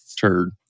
turd